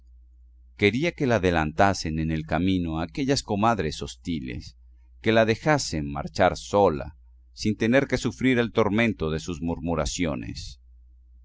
quería que la adelantasen en el camino aquellas comadres hostiles que la dejasen marchar sola sin tener que sufrir el tormento de sus murmuraciones